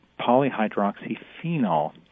polyhydroxyphenol